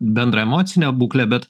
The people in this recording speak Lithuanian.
bendrą emocinę būklę bet